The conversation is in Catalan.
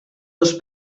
dos